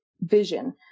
vision